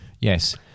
Yes